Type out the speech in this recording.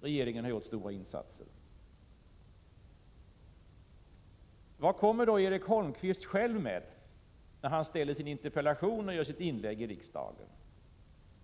regeringen redan har gjort stora insatser. Men vad kommer då Erik Holmkvist själv med i sin interpellation och i sitt inlägg här?